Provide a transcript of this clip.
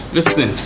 Listen